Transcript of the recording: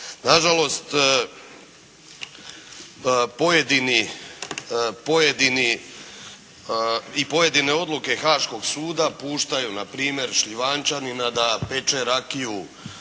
i pojedine odluke Haaškog suda puštaju, npr. Šljivančanina da peče rakiju